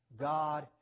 God